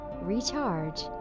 recharge